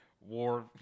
war